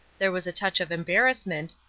there was a touch of embarrassment,